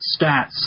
stats